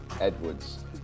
Edwards